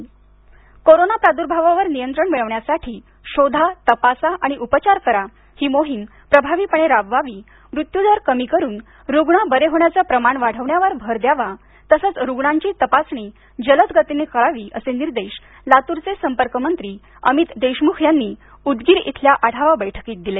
Udgir corona प्रादूर्भावावर नियंत्रण मिळवण्यासाठी शोधा तपासा आणि उपचार करा ही मोहिम प्रभावीपणे राबवावी मृत्युदर कमी करून रूग्ण बरे होण्याचं प्रमाण वाढवण्यावर भर द्यावा तसंच रूग्णांची तपासणी जलद गतीनं करावी असे निर्देश लातूरचे संपर्कमंत्री अमित देशमुख यांनी उदगीर इथल्या आढावा बैठकीत दिले